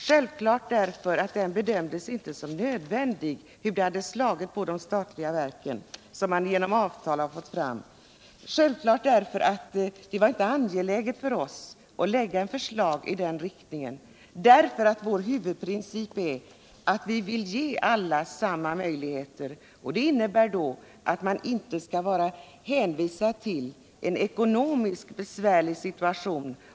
Självklart därför att det inte bedömdes såsom nödvändigt att veta hur reformen hade slagit på de statliga verk som var aktuella. Självklart därför att det inte var angeläget för oss att lägga fram eu förslag i den riktningen. Var huvudprincip är ju att vi vill ge alla samma möjligheter. Det innebär att man inte skall vara hänvisad till en besvärlig ekonomisk situation.